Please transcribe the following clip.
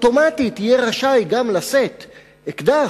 יהיה רשאי אוטומטית גם לשאת אקדח,